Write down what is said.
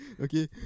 Okay